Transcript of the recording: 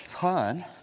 turn